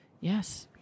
Yes